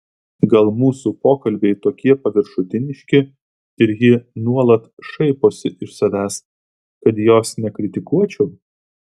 gal mūsų pokalbiai tokie paviršutiniški ir ji nuolat šaiposi iš savęs kad jos nekritikuočiau